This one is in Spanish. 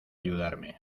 ayudarme